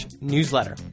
newsletter